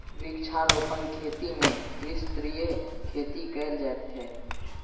वृक्षारोपण खेती मे त्रिस्तरीय खेती कयल जाइत छै